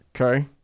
Okay